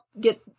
get